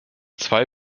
zwei